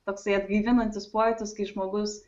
toksai atgaivinantis pojūtis kai žmogus